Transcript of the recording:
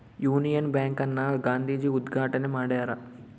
Union bank ನ ಗಾಂಧೀಜಿ ಉದ್ಗಾಟಣೆ ಮಾಡ್ಯರ